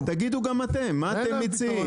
תגידו גם אתם, מה אתם מציעים?